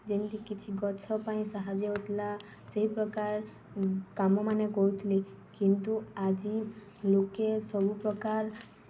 ଯେମିତି କିଛି ଗଛ ପାଇଁ ସାହାଯ୍ୟ ହେଉଥିଲା ସେହି ପ୍ରକାର କାମମାନେ କରୁଥିଲେ କିନ୍ତୁ ଆଜି ଲୋକେ ସବୁପ୍ରକାର